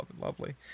lovely